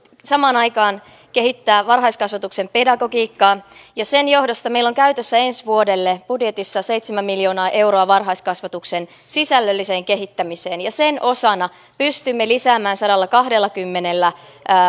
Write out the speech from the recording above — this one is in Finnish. samaan aikaan kehittää varhaiskasvatuksen pedagogiikkaa ja sen johdosta meillä on käytössä ensi vuodelle budjetissa seitsemän miljoonaa euroa varhaiskasvatuksen sisällölliseen kehittämiseen ja sen osana pystymme lisäämään sadallakahdellakymmenellä